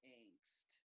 angst